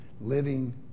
living